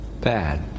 bad